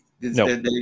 No